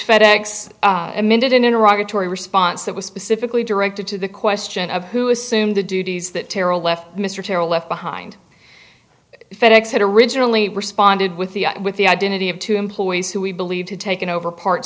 response that was specifically directed to the question of who assumed the duties that terrell left mr terrill left behind fed ex had originally responded with the with the identity of two employees who we believe to taken over parts